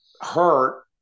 hurt